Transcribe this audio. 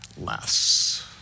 less